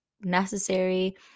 necessary